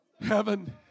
heaven